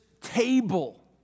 table